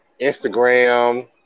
Instagram